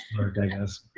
work, i guess.